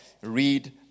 Read